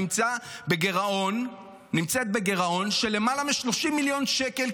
נמצאת בגירעון של למעלה מ-30 מיליון שקל,